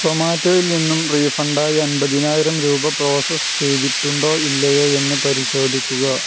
സൊമാറ്റോയിൽ നിന്നും റീഫണ്ട് ആയി അൻപതിനായിരം രൂപ പ്രോസസ്സ് ചെയ്തിട്ടുണ്ടോ ഇല്ലയോ എന്ന് പരിശോധിക്കുക